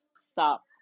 stop